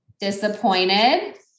Disappointed